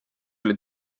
oli